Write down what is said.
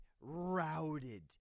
Routed